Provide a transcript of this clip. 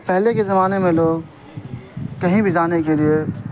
پہلے کے زمانے میں لوگ کہیں بھی جانے کے لیے